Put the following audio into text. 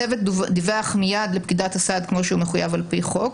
הצוות דיווח מייד לפקידת הסעד כמו שהוא מחויב על פי חוק.